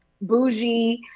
bougie